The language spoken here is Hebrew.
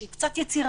שהיא קצת יצירתית.